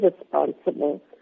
responsible